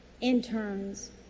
interns